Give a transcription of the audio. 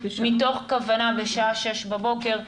בשעה שש בבוקר,